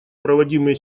проводимые